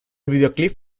videoclip